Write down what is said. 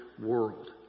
world